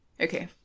okay